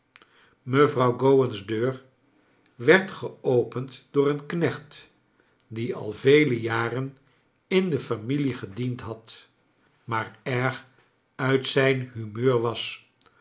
mevrouw gowan's deur werd geopend door een knecht die al vele jaren in de familie gediend had maar erg uit zijn humeur was